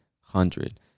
hundred